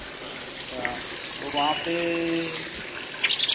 अच्छा तो वहाँ पर